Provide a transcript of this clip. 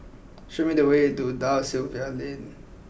show me the way to Da Silva Lane